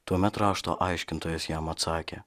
tuomet rašto aiškintojas jam atsakė